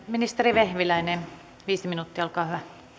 ministeri vehviläinen viisi minuuttia olkaa